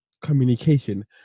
communication